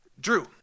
Drew